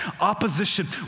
Opposition